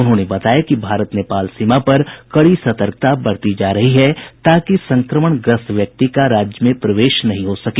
उन्होंने बताया कि भारत नेपाल सीमा पर कड़ी सतर्कता बरती जा रही है ताकि संक्रमण ग्रस्त व्यक्ति का राज्य में प्रवेश नही हो सके